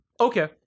Okay